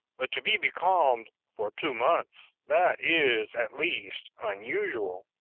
but to be becalmed for two months, that is, at least, unusual.